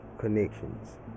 connections